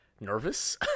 nervous